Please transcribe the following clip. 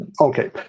okay